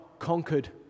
conquered